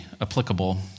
applicable